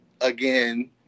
again